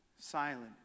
silent